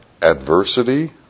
adversity